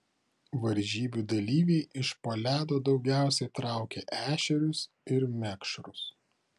varžybų dalyviai iš po ledo daugiausiai traukė ešerius ir mekšrus